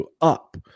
up